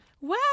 Wow